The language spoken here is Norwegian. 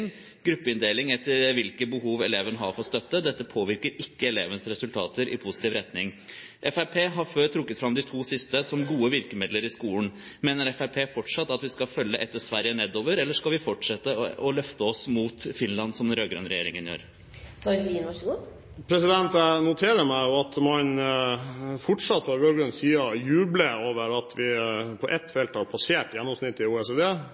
gruppeinndeling etter hvilke behov for støtte eleven har Dette påvirker ikke elevens resultater i positiv retning. Fremskrittspartiet har før trukket fram de to siste som gode virkemidler i skolen. Mener Fremskrittspartiet fortsatt at vi skal følge etter Sverige nedover, eller skal vi fortsette å løfte oss mot Finland, som den rød-grønne regjeringen gjør? Jeg noterer meg at man fra rød-grønn side fortsatt jubler over at vi på ett felt har passert gjennomsnittet i OECD